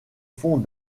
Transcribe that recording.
font